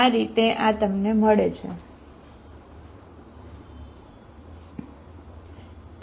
આ રીતે આ તમને મળે છે બરાબર